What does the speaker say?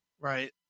Right